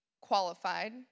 qualified